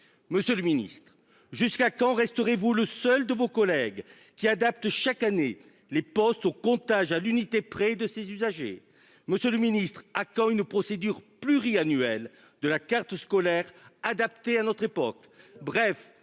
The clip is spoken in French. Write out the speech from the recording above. Monsieur le Ministre, jusqu'à quand. Resterez-vous le seul de vos collègues qui adapte chaque année les postes au comptage à l'unité près de ses usagers. Monsieur le Ministre, à quand une procédure pluri-annuel de la carte scolaire adapté à notre époque.